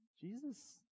Jesus